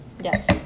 Yes